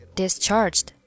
discharged